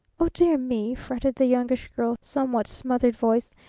oh, dear me! fretted the youngish girl's somewhat smothered voice.